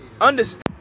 understand